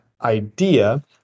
idea